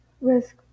Risk